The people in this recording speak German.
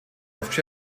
auf